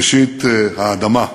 ראשית, האדמה.